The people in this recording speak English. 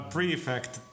Prefect